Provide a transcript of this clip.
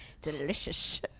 delicious